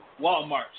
Walmart